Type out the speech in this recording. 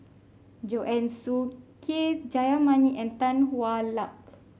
Joanne Soo K Jayamani and Tan Hwa Luck